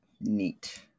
Neat